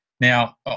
now